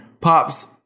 Pops